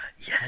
Yes